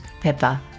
pepper